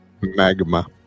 magma